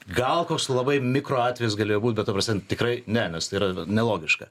gal koks labai mikro atvejis galėjo būt bet ta prasme tikrai ne nes tai yra nelogiška